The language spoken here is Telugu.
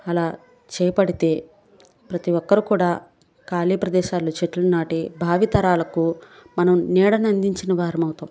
అలా చేపడితే ప్రతీ ఒక్కరు కూడా ఖాళీ ప్రదేశాల్లో చెట్లు నాటి భావితరాలకు మనం నీడను అందించిన వారము అవుతాము